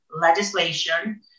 legislation